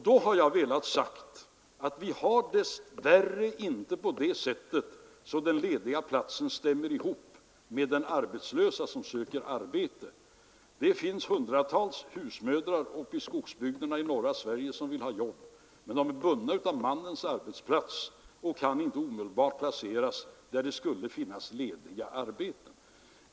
Då har jag velat säga: Det är dess värre inte på det sättet att den lediga platsen stämmer med den arbetslösa som söker arbete. Det finns hundratals husmödrar uppe i skogsbygderna i norra Sverige som vill ha jobb, men de är bundna av mannens arbetsplats och kan inte omedelbart placeras där det skulle finnas lediga arbeten.